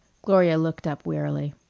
gloria looked up wearily.